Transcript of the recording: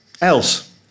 else